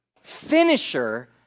Finisher